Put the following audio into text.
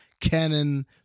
canon